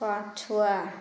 ପଛୁଆ